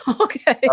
Okay